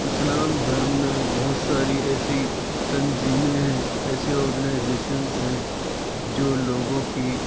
اسلام دھرم میں بہت ساری ایسی تنظیمیں ہیں ایسی آرگنائیزیشنس ہیں جو لوگوں کی